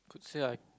say I